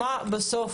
מה היה בסוף?